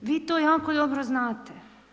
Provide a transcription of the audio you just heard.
Vi to jako dobro znate.